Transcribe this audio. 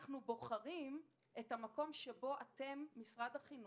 אנחנו בוחרים את המקום שבו אתם, משרד החינוך,